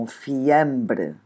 fiambre